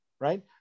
right